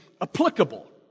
applicable